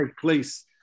place